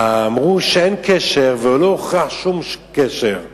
אמרו שאין קשר ולא הוכח שום קשר.